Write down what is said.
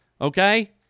okay